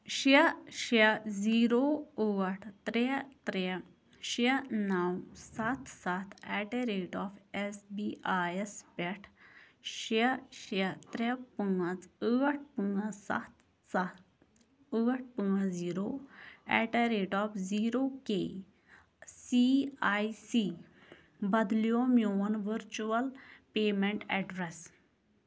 شےٚ شےٚ زیٖرو ٲٹھ ترٛےٚ ترٛےٚ شےٚ نَو سَتھ سَتھ at a rate of S B I یَس پٮ۪ٹھ شےٚ شےٚ ترٛےٚ پانٛژھ ٲٹھ پانٛژھ سَتھ سَتھ ٲٹھ پانٛژھ zero at a rate of zero K C I C بدلیو میون ؤرچُوَل پیمٮ۪نٛٹ اٮ۪ڈرَس